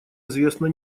известно